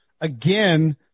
Again